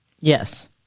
Yes